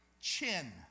chin